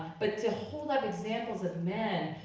but to hold up examples of men,